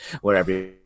wherever